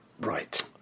Right